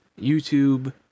YouTube